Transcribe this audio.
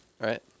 right